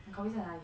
langkawi 在哪里